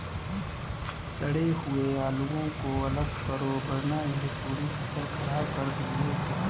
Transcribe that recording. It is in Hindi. सड़े हुए आलुओं को अलग करो वरना यह पूरी फसल खराब कर देंगे